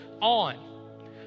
on